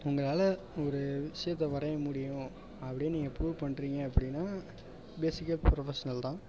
உங்களால் ஒரு ஷேப்பை வரைய முடியும் அப்படின்னு நீங்கள் ப்ரூஃப் பண்ணுறீங்க அப்படின்னா பேசிக்காக ப்ரொபஷனல் தான்